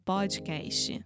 Podcast